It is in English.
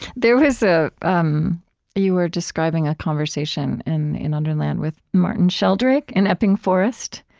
there was ah um a you were describing a conversation, in in underland, with martin sheldrake in epping forest